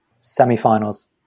semifinals